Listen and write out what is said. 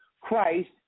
Christ